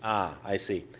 i see.